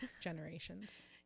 generations